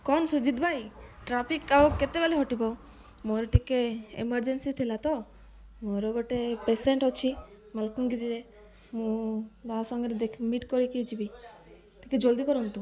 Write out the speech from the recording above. କ'ଣ ସୁଜିତ ଭାଇ ଟ୍ରାଫିକ୍ ଆଉ କେତେବେଲେ ହଟିବ ମୋର ଟିକେ ଏମର୍ଜେନ୍ସି ଥିଲା ତ ମୋର ଗୋଟେ ପେସେଣ୍ଟ ଅଛି ମାଲକଗିରିରେ ମୁଁ ତା ସାଙ୍ଗରେ ଦେଖ ମିଟ୍ କରିକି ଯିବି ଟିକେ ଜଲ୍ଦି କରନ୍ତୁ